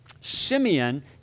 Simeon